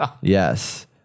Yes